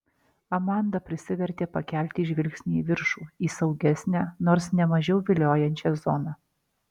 amanda prisivertė pakelti žvilgsnį į viršų į saugesnę nors ne mažiau viliojančią zoną